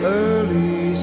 early